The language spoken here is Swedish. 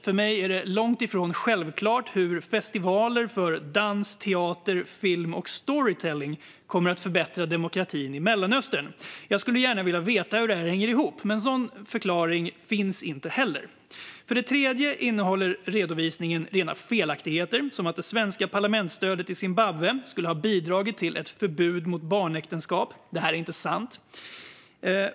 För mig är det långt ifrån självklart hur festivaler för dans, teater, film och storytelling kommer att förbättra demokratin i Mellanöstern. Jag skulle gärna vilja veta hur detta hänger ihop, men någon sådan förklaring finns inte heller. För det tredje innehåller redovisningen rena felaktigheter, som att det svenska parlamentsstödet till Zimbabwe skulle ha bidragit till ett förbud mot barnäktenskap. Detta är inte sant.